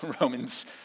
Romans